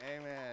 Amen